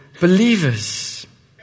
believers